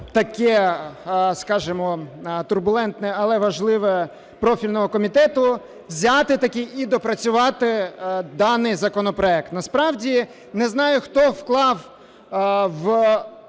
таке, скажемо, турбулентне, але важливе профільного комітету взяти-таки і допрацювати даний законопроект. Насправді, не знаю, хто вклав в